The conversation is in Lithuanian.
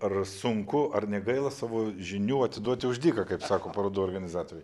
ar sunku ar negaila savo žinių atiduoti už dyką kaip sako parodų organizatoriai